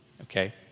Okay